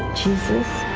jesus